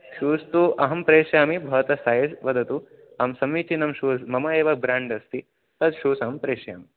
shoes तु अहं प्रेषयामि भवतः सैज़् वदतु अहं समीचीनं शूस् मम एव ब्राण्ड् अस्ति तत् शूस् अहं प्रेषयामि